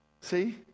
see